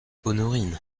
honorine